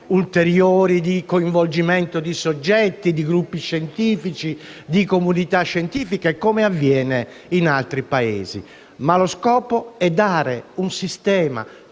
di coinvolgimento di soggetti, di gruppi scientifici e di comunità scientifiche, come avviene in altri Paesi ma lo scopo è dare un sistema